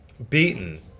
Beaten